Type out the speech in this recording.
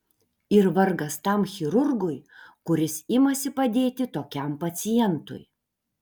ir vargas tam chirurgui kuris imasi padėti tokiam pacientui